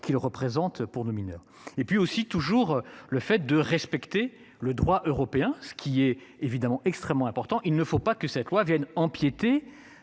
qu'ils représentent pour le mineur. Et puis aussi toujours le fait de respecter le droit européen, ce qui est évidemment extrêmement important, il ne faut pas que cette loi Vienne empiéter